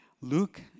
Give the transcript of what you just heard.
Luke